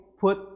put